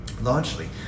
Largely